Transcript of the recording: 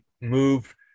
move